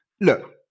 look